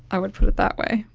i would put it that way.